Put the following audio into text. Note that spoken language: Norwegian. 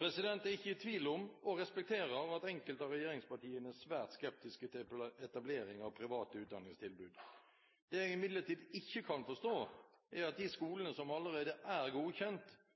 Jeg er ikke i tvil om, og respekterer, at enkelte av regjeringspartiene er svært skeptiske til etablering av private utdanningstilbud. Det jeg imidlertid ikke kan forstå, er at de skolene som allerede er godkjent,